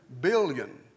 billion